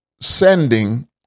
sending